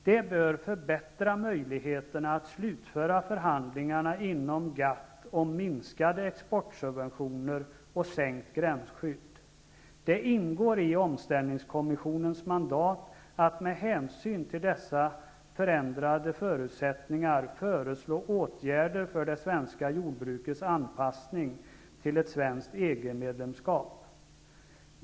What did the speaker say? Det bör förbättra möjligheterna att slutföra förhandlingarna inom GATT om minskade exportsubventioner och sänkt gränsskydd. Det ingår i omställningskommissionens mandat att med hänsyn till dessa förändrade förutsättningar föreslå åtgärder för det svenska jordbrukets anpassning till ett svenskt EG-medlemskap.